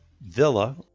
villa